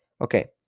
Okay